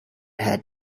had